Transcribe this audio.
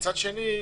מצד שני,